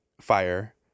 fire